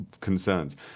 concerns